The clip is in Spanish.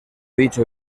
dicho